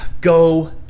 go